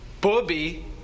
Bobby